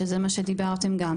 שזה מה שדיברתם גם.